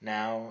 now